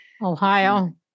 Ohio